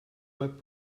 web